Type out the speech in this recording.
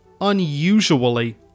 unusually